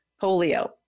polio